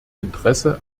interesse